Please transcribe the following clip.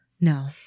No